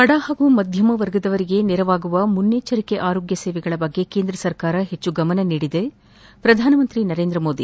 ಬಡ ಹಾಗೂ ಮಧ್ಯಮ ವರ್ಗದವರಿಗೆ ನೆರವಾಗುವ ಮುನ್ನಚ್ಚರಿಕಾ ಆರೋಗ್ಯ ಸೇವೆಗಳ ಬಗ್ಗೆ ಕೇಂದ್ರ ಸರ್ಕಾರ ಹೆಚ್ಚು ಗಮನ ನೀಡಿದೆ ಪ್ರಧಾನಮಂತ್ರಿ ನರೇಂದ್ರ ಮೋದಿ